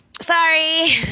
Sorry